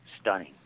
stunning